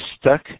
stuck